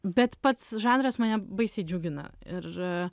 bet pats žanras mane baisiai džiugina ir